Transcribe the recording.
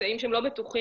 אמצעים לא בטוחים.